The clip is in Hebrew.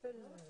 נמצא מענה